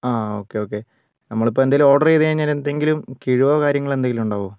ആ okay okay നമ്മളിപ്പോൾ എന്തെങ്കിലും ഓർഡർ ചെയ്തു കഴിഞ്ഞാൽ എന്തെങ്കിലും കിഴിവോ കാര്യങ്ങളോ എന്തെങ്കിലും ഉണ്ടാകുമോ